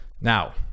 Now